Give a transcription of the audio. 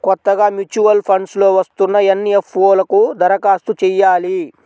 కొత్తగా mutual funds లో వస్తున్న ఎన్.ఎఫ్.ఓ లకు దరఖాస్తు చెయ్యాలి